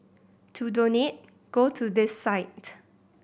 to donate go to this site